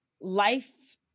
life